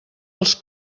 els